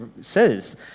says